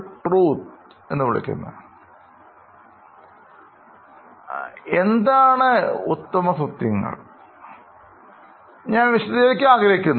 ഞാൻ എന്താണ് ഉത്തമസത്യങ്ങൾ എന്ന് വിശദീകരിക്കുവാൻ ആഗ്രഹിക്കുന്നു